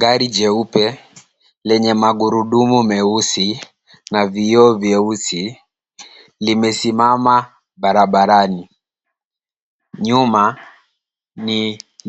Gari jeupe lenye magurudumu meusi na vioo vyeusi, limesimama barabarani. Nyuma ni